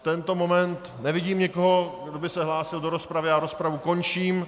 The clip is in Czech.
V tento moment nevidím nikoho, kdo by se hlásil do rozpravy, rozpravu končím.